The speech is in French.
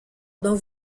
dont